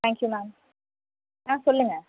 thank you ma'am ஆ சொல்லுங்கள்